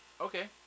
Okay